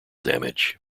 damage